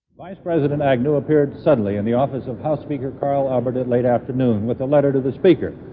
vice president agnew appeared suddenly in the office of house speaker carl albert at late afternoon with a letter to the speaker.